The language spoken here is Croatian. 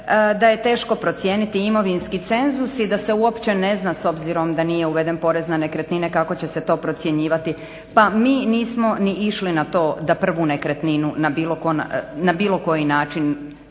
da je teško procijeniti imovinski cenzus i da se uopće ne zna s obzirom da nije uveden porez na nekretnine kako će se to procjenjivati, pa mi nismo ni išli na to da prvu nekretninu na bilo koji način